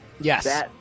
Yes